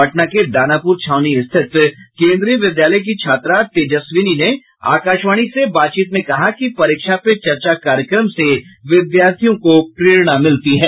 पटना के दानापुर छावनी स्थित केन्द्रीय विद्यालय की छात्रा तेजस्विनी ने आकाशवाणी से बातचीत में कहा कि परीक्षा पे चर्चा कार्यक्रम से विद्यार्थियों को प्रेरणा मिलती है